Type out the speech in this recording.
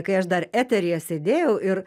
kai aš dar eteryje sėdėjau ir